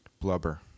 Blubber